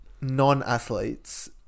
Non-athletes